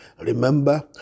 Remember